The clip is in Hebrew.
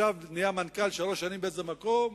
ישב, נהיה מנכ"ל שלוש שנים באיזה מקום,